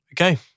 Okay